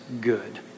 good